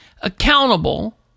accountable